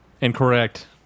Incorrect